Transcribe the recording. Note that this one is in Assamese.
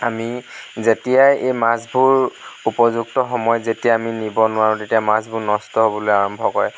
আমি যেতিয়াই এই মাছবোৰ উপযুক্ত সময় যেতিয়া আমি নিব নোৱাৰোঁ তেতিয়া মাছবোৰ নষ্ট হ'বলৈ আৰম্ভ কৰে